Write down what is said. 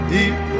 Deep